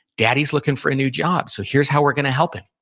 daddy's looking for a new job. so here's how we're going to help him.